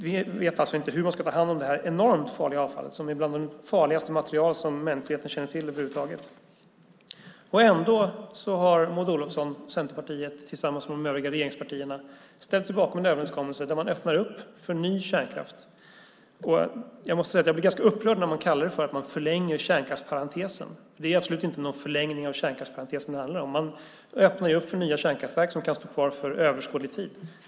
Vi vet alltså inte hur man ska behandla detta enormt farliga avfall, bland det farligaste material som mänskligheten känner till. Ändå har Maud Olofsson och Centerpartiet tillsammans med de övriga regeringspartierna ställt sig bakom en överenskommelse där man öppnar för ny kärnkraft. Jag måste säga att jag blir ganska upprörd när man kallar det för att förlänga kärnkraftsparentesen. Det är absolut inte någon förlängning av kärnkraftsparentesen det handlar om, utan man öppnar för nya kärnkraftverk som kan stå kvar för oöverskådlig tid.